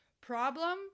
Problem